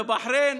בבחריין.